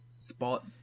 spot